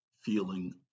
feeling